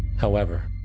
however,